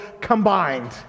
combined